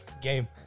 game